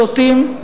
שותים,